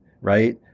right